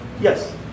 Yes